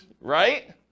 right